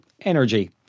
energy